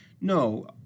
No